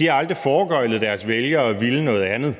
aldrig har foregøglet deres vælgere at ville noget andet.